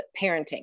Parenting